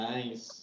Nice